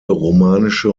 romanische